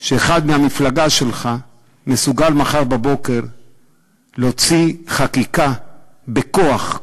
שאחד מהמפלגה שלך מסוגל מחר בבוקר להוציא חקיקה בכוח,